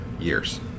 Years